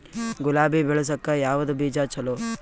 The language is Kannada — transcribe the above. ಗುಲಾಬಿ ಬೆಳಸಕ್ಕ ಯಾವದ ಬೀಜಾ ಚಲೋ?